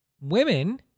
Women